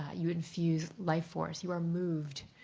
ah you infuse life force. you are moved.